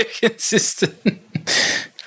consistent